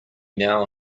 now